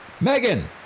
Megan